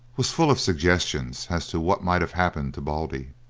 was full of suggestions as to what might have happened to baldy,